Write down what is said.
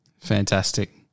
Fantastic